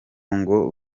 ngo